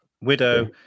Widow